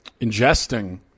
ingesting